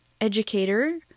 educator